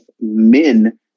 men